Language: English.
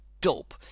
dope